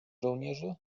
żołnierzy